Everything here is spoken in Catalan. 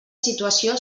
situació